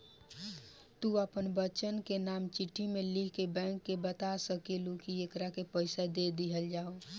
तू आपन बच्चन के नाम चिट्ठी मे लिख के बैंक के बाता सकेलू, कि एकरा के पइसा दे दिहल जाव